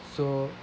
so